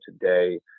today